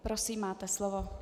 Prosím, máte slovo.